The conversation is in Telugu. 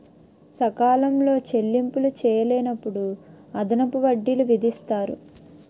సకాలంలో చెల్లింపులు చేయలేనప్పుడు అదనపు వడ్డీలు విధిస్తారు